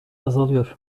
azalıyor